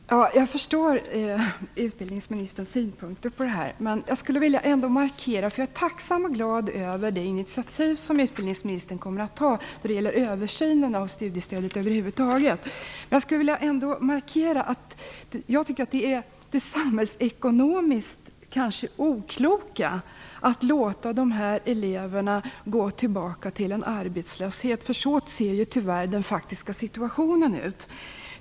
Fru talman! Jag förstår utbildningsministerns synpunkter och skulle vilja markera att jag är tacksam och glad över det initiativ som utbildningsministern kommer att ta till en översyn av studiestödet över huvud taget. Jag vill ändå markera det samhällsekonomiskt kanske okloka i att låta dessa elever gå tillbaka till arbetslöshet - så ser tyvärr den faktiska situationen ut.